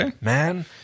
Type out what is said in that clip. man